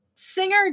Singer